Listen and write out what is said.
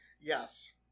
Yes